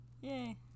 Yay